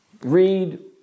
read